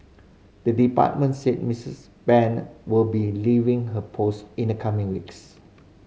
the department said Missus Brand will be leaving her post in the coming weeks